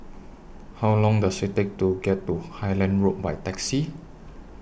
How Long Does IT Take to get to Highland Road By Taxi